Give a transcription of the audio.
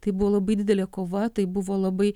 tai buvo labai didelė kova tai buvo labai